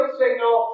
signal